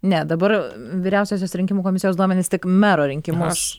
ne dabar vyriausiosios rinkimų komisijos duomenys tik mero rinkimus